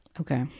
Okay